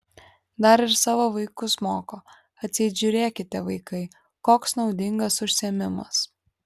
dar ir savo vaikus moko atseit žiūrėkite vaikai koks naudingas užsiėmimas